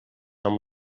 amb